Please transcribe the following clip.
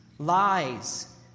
lies